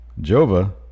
jova